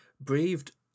breathed